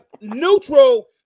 neutral